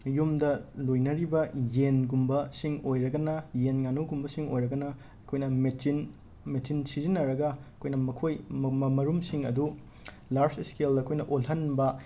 ꯌꯨꯝꯗ ꯂꯣꯏꯅꯔꯤꯕ ꯌꯦꯟꯒꯨꯝꯕꯁꯤꯡ ꯑꯣꯏꯔꯒꯅ ꯌꯦꯟ ꯉꯥꯅꯨꯒꯨꯝꯕꯁꯤꯡ ꯑꯣꯏꯔꯒꯅ ꯑꯩꯈꯣꯏꯅ ꯃꯦꯆꯤꯟ ꯃꯦꯆꯤꯟ ꯁꯤꯖꯤꯟꯅꯔꯒ ꯑꯩꯈꯣꯏꯅ ꯃꯈꯣꯏ ꯃ ꯃ ꯃꯔꯨꯝꯁꯤꯡ ꯑꯗꯨ ꯂꯥꯔꯁ ꯁ꯭ꯀꯦꯜꯗ ꯑꯩꯈꯣꯏꯅ ꯑꯣꯜꯍꯟꯕ